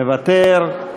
מוותר,